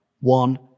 one